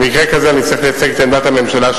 במקרה כזה אני צריך לייצג את עמדת הממשלה,